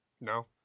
No